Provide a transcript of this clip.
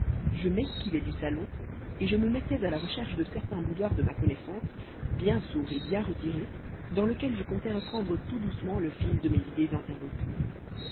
mieux mieux je m'esquivais du salon et me mettais à la recherche de certain boudoir de ma connaissance bien sourd et bien retiré dans lequel je comptais reprendre tout doucement le fil de mes idées interrompues